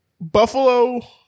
Buffalo